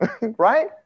right